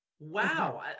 Wow